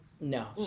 No